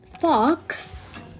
fox